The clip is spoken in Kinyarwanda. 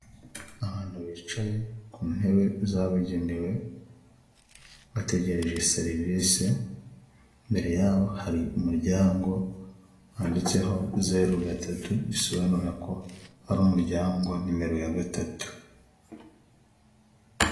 Abantu bicaye ku ntebe zabugenewe bategereje serivisi, imbere yabo hari umuryango wanditseho zeru, gatatu bisobanura ko ari umuryango nimero ya gatatu.